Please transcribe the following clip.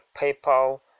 PayPal